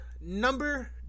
number